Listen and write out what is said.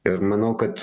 ir manau kad